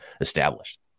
established